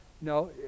no